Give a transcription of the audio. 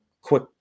quick